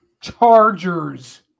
Chargers